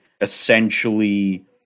essentially